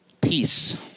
Peace